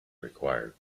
required